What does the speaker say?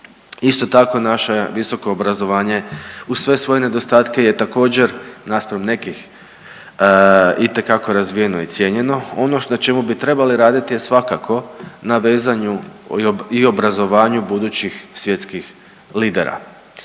isto tako naše visoko obrazovanje uz sve svoje nedostatke je također naspram nekih itekako razvijeno i cijenjeno. Ono na čemu bi trebali raditi je svakako na vezanju i obrazovanju budućih svjetskih lidera.